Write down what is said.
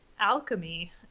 alchemy